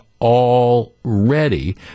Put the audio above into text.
already